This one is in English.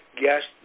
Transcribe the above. guest